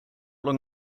long